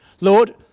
Lord